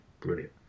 brilliant